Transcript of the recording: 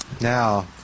Now